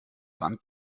wand